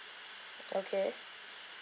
okay